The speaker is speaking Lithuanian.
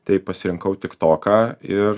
tai pasirinkau tiktoką ir